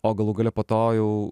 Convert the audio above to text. o galų gale po to jau